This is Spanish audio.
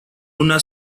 una